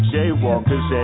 Jaywalkers